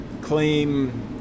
claim